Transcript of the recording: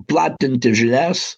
platinti žinias